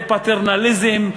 זה פטרנליזם,